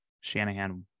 Shanahan